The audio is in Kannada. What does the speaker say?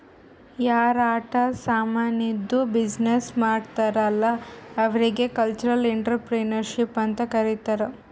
ಯಾರ್ ಆಟ ಸಾಮಾನಿದ್ದು ಬಿಸಿನ್ನೆಸ್ ಮಾಡ್ತಾರ್ ಅಲ್ಲಾ ಅವ್ರಿಗ ಕಲ್ಚರಲ್ ಇಂಟ್ರಪ್ರಿನರ್ಶಿಪ್ ಅಂತ್ ಕರಿತಾರ್